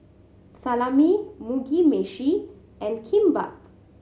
Salami Mugi Meshi and Kimbap